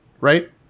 Right